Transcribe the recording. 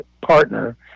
partner